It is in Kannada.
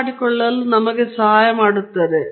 ನಾವು ಇಲ್ಲಿ ಯಾವುದೇ ಶಬ್ದವನ್ನು ಮಾಡುತ್ತಿಲ್ಲ